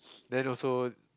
then also